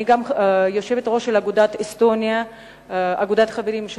אני גם יושבת-ראש של אגודת החברים של